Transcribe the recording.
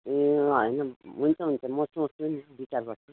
ए होइन हुन्छ हुन्छ म सोच्छु नि विचार गर्छु